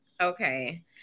Okay